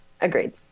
Agreed